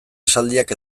esaldiak